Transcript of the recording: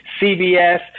CBS